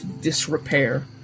disrepair